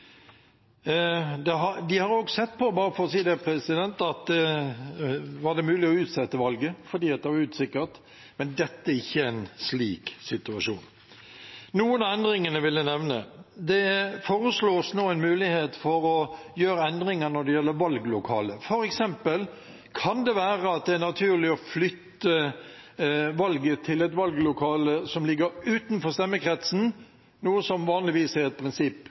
har til å stemme. De har også sett på, bare for å si det, om det var mulig å utsette valget fordi det var usikkert, men dette er ikke en slik situasjon. Jeg vil nevne noen av endringene. Det foreslås nå en mulighet for å gjøre endringer når det gjelder valglokale. For eksempel kan det være naturlig å flytte valget til et valglokale som ligger utenfor stemmekretsen, noe som vanligvis er et prinsipp.